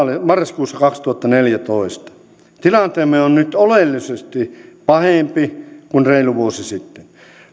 marraskuussa kaksituhattaneljätoista tilanteemme on nyt oleellisesti pahempi kuin reilu vuosi sitten